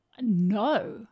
No